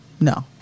No